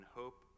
hope